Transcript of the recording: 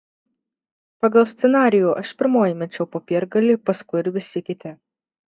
pagal scenarijų aš pirmoji mečiau popiergalį paskui ir visi kiti